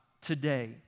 today